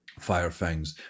Firefangs